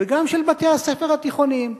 וגם של בתי-הספר התיכוניים.